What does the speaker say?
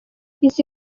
izi